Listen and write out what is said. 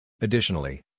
Additionally